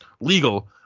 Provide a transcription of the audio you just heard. legal